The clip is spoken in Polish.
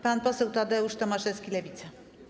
Pan poseł Tadeusz Tomaszewski, Lewica.